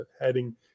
heading